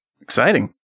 Exciting